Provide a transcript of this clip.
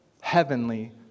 heavenly